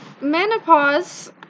menopause